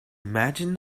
imagine